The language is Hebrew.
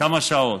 כמה שעות,